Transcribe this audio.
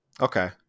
Okay